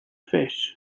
fish